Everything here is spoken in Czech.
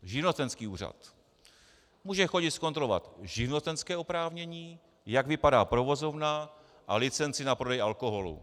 Živnostenský úřad může chodit zkontrolovat živnostenské oprávnění, jak vypadá provozovna, a licenci na prodej alkoholu.